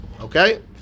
Okay